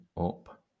up